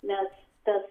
nes tas